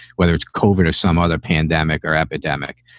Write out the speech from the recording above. whether it's covert or some other pandemic or epidemic.